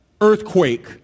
earthquake